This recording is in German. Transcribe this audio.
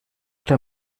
der